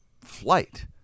flight